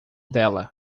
dela